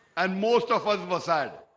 and most of us were sad,